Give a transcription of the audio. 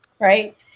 right